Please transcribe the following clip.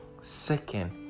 Second